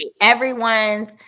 everyone's